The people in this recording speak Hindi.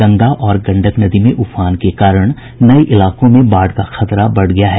गंगा और गंडक नदी में उफान के कारण नये इलाकों में बाढ़ का खतरा बढ़ गया है